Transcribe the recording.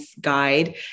guide